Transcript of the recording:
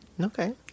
Okay